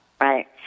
Right